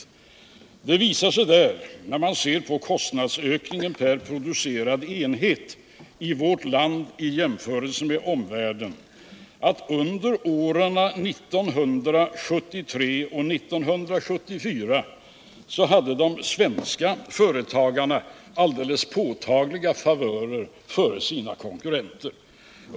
Av den skriften framgår att en jämförelse av kostnadsökningen per producerad enhet i vårt land och i länderna i vår omvärld visar att under åren 1973 och 1974 hade de svenska företagarna alldeles påtagliga favörer framför sina konkurrenter.